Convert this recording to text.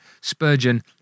Spurgeon